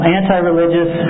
anti-religious